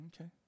Okay